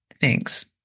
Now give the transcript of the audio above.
Thanks